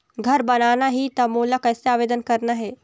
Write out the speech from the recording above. घर बनाना ही त मोला कैसे आवेदन करना हे?